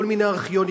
כל מיני ארכיונים,